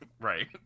right